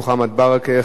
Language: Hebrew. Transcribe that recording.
מוחמד ברכה,